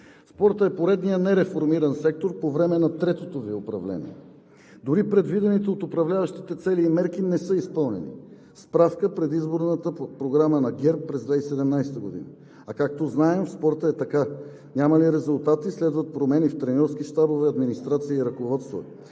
Спортът е поредният нереформиран сектор по време на третото Ви управление. Дори предвидените от управляващите цели и мерки не са изпълнени. Справка – предизборната програма на ГЕРБ през 2017 г. А, както знаем, в спорта е така – няма ли резултати, следват промени в треньорски щабове, администрации и ръководства.